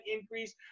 increase